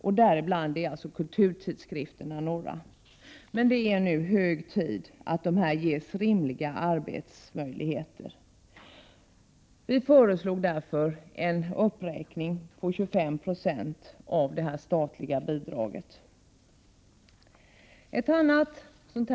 Till dessa hör kulturtidskrifterna, men det är nu hög tid att dessa tidskrifter ges rimliga arbetsmöjligheter. Därför föreslog vi en uppräkning av det statliga bidraget med 25 9.